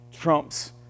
trumps